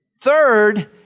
Third